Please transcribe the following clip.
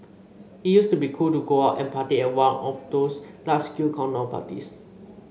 it used to be cool to go out and party at one of those large scale countdown parties